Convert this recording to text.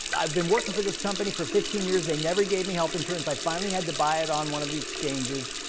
i've been working for this company for fifteen years, they never gave me health insurance, i finally had to buy it on one of the exchanges,